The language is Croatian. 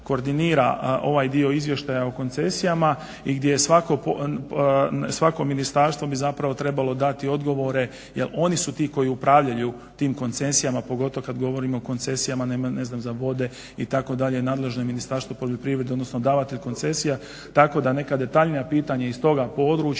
koordinira ovaj dio izvještaja o koncesijama i gdje je svako ministarstvo bi zapravo trebalo dati odgovore, jer oni su ti koji upravljaju tim koncesijama pogotovo kad govorimo o koncesijama, ne znam za vode itd. nadležno je Ministarstvo poljoprivrede, odnosno davatelj koncesija. Tako da neka detaljnija pitanja iz toga područja